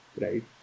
right